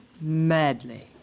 Madly